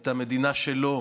את המדינה שלו,